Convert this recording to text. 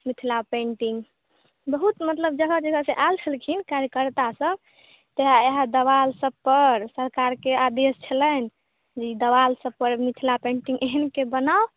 Mithila painting बहुत मतलब जगह जगह सॅं आयल छलखिन कार्यकर्ता सभ तऽ ईयाह देवाल सभ पर सरकारकेँ आदेश छलनि कि देवाल सभ पर मिथिला पेन्टिंग एहन कऽ बनाउ